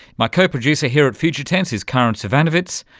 my co-producer here at future tense is karin zsivanovits.